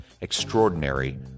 Extraordinary